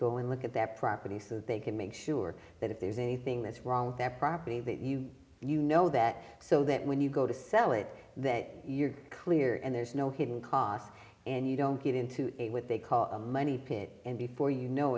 go and look at their property so they can make sure that if there's anything that's wrong their property that you you know that so that when you go to sell it that you're cleared and there's no hidden cost and you don't get into a what they call a money pit and before you know